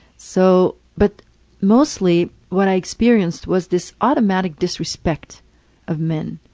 so but mostly what i experienced was this automatic disrespect of men.